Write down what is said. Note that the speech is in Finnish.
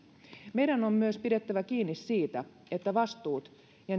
meidän on myös pidettävä kiinni siitä että vastuut ja